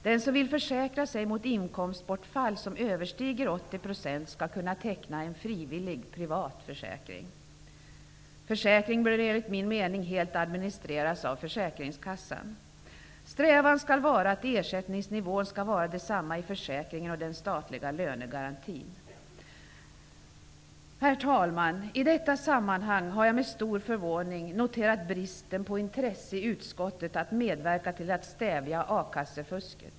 Den som vill försäkra sig mot inkomstbortfall som överstiger 80 % skall kunna teckna en frivillig privat försäkring. Försäkringen bör enligt min mening helt administreras av försäkringskassan. Strävan skall vara att ersättningsnivån skall vara densamma i försäkringen och i den statliga lönegarantin. Herr talman! I detta sammanhang har jag med stor förvåning noterat bristen på intresse i utskottet för att medverka till att stävja a-kassefusket.